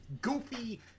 goofy